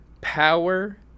Power